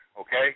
okay